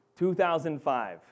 2005